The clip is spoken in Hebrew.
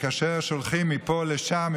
כאשר שולחים מפה לשם,